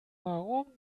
warum